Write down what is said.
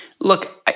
Look